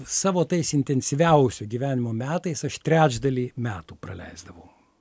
savo tais intensyviausio gyvenimo metais aš trečdalį metų praleisdavau